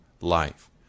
life